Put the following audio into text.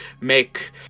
make